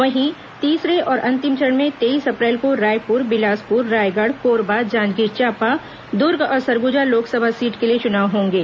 वहीं तीसरे और अंतिम चरण में तेईस अप्रैल को रायपुर बिलासपुर रायगढ़ कोरबा जांजगीर चांपा दुर्ग और सरगुजा लोकसभा सीट के लिए चुनाव होंगे